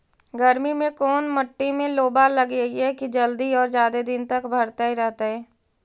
गर्मी में कोन मट्टी में लोबा लगियै कि जल्दी और जादे दिन तक भरतै रहतै?